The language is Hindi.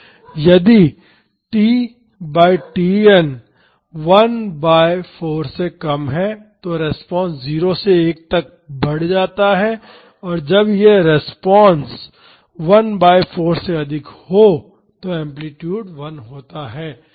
इसलिए यदि t बाई Tn 1 बाई 4 से कम है तो रिस्पांस 0 से 1 तक बढ़ जाता है और जब यह 1 बाई 4 से अधिक हो तो एम्पलीटूड 1 होता है